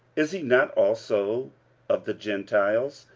is he not also of the gentiles?